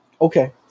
Okay